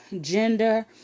gender